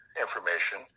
information